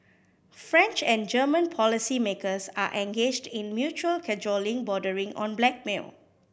French and German policymakers are engaged in mutual cajoling bordering on blackmail